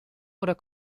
oder